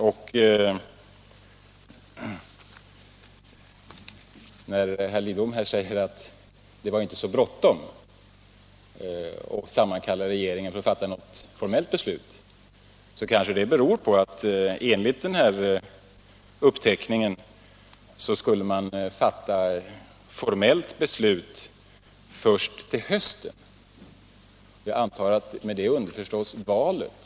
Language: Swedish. När herr Lidbom sedan säger att det inte var så bråttom med att sammankalla regeringen för att fatta ett formellt beslut, så kanske det berodde på att man enligt den gjorda uppteckningen skulle fatta ett sådant formellt beslut först till hösten. Jag antar att det då var underförstått efter valet.